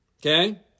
Okay